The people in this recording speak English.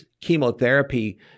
chemotherapy